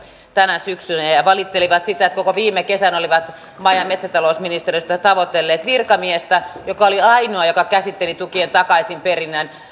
tänä syksynä ja ja valittelivat sitä että koko viime kesän olivat maa ja metsätalousministeriöstä tavoitelleet virkamiestä joka oli ainoa joka käsitteli tukien takaisinperinnän